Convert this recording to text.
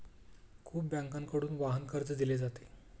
खूप बँकांकडून वाहन कर्ज दिले जाते